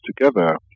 together